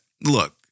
look